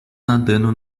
nadando